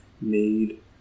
made